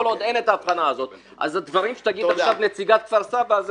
כל עוד אין את ההבחנה הזאת אז הדברים שתגיד עכשיו נציגת כפר סבא,